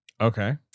Okay